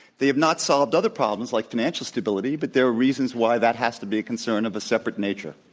they have not solved other problems like financial stability, but there are reasons why that has to be a concern of a separate nature.